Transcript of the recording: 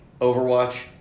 Overwatch